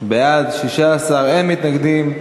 בעד, 16, אין מתנגדים,